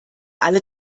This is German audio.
alle